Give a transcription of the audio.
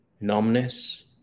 numbness